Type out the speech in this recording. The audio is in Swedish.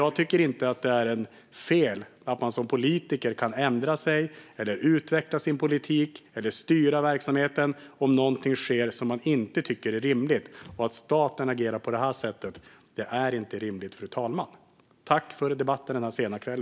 Jag tycker inte att det är fel att som politiker kunna ändra sig, utveckla sin politik eller styra verksamheten om något sker som man inte tycker är rimligt. Att staten agerar på det här sättet är inte rimligt, fru talman. Tack för debatten denna sena kväll!